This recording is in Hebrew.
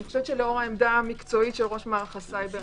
אני חושבת שלאור העמדה המקצועית של ראש מערך הסייבר